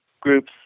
groups